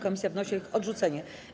Komisja wnosi o ich odrzucenie.